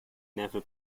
never